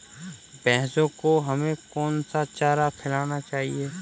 भैंसों को हमें कौन सा चारा खिलाना चाहिए?